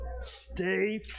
Stay